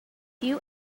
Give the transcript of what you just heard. you